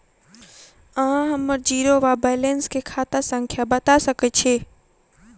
अहाँ हम्मर जीरो वा बैलेंस केँ खाता संख्या बता सकैत छी?